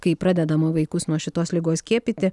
kai pradedama vaikus nuo šitos ligos skiepyti